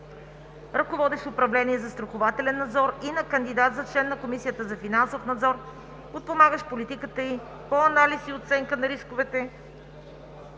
ръководещ управление „Застрахователен надзор“, и на кандидат за член на Комисията за финансов надзор, подпомагащ политиката ѝ по анализ и оценка на рисковете